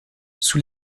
sous